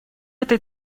этой